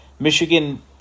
Michigan